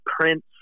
Prince